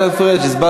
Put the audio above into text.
יש לו עוד ארבע דקות.